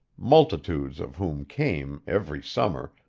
multitudes of whom came, every summer,